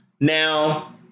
Now